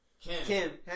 Kim